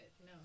no